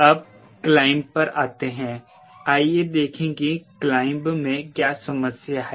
अब क्लाइंब पर आते हैं आइए देखें कि क्लाइंब में क्या समस्या है